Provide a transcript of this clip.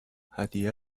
هدیه